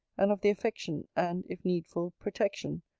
and of the affection, and, if needful, protection,